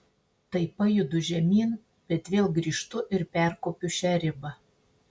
tai pajudu žemyn bet vėl grįžtu ir perkopiu šią ribą